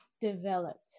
developed